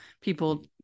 people